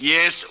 Yes